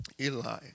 Eli